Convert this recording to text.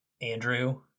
Andrew